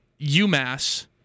UMass